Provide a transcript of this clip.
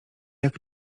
jak